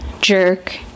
jerk